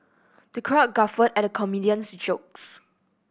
the crowd guffawed at the comedian's jokes